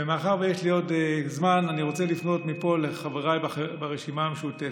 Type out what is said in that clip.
ומאחר שיש לי עוד זמן אני רוצה לפנות מפה לחבריי ברשימה המשותפת: